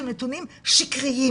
שהם נתונים שקריים.